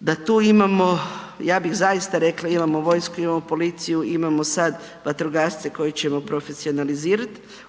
da tu imamo ja bih zaista rekla imamo vojsku, imamo policiju, imamo sada vatrogasce koje ćemo sada profesionalizirati